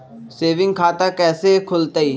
Saving खाता कैसे खुलतई?